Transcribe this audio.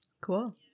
Cool